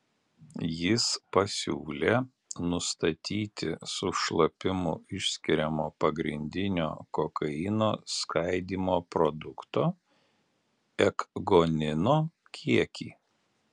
jis pasiūlė nustatyti su šlapimu išskiriamo pagrindinio kokaino skaidymo produkto ekgonino kiekį